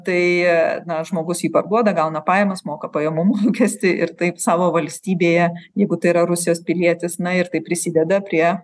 tai na žmogus jį parduoda gauna pajamas moka pajamų mokestį ir taip savo valstybėje jeigu tai yra rusijos pilietis na ir taip prisideda prie